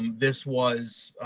this was